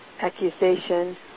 accusation